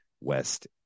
west